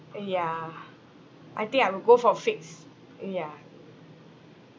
yeah I think I would go for fixed yeah